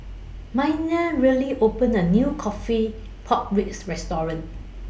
Miner rarely opened The New Coffee Pork Ribs Restaurant